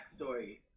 backstory